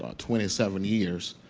ah twenty seven years,